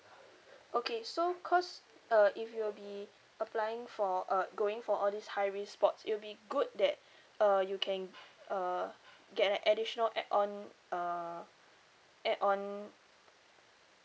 okay so cause uh if you'll be applying for uh going for all these high risk sports it'll be good that uh you can uh get an additional add on uh add on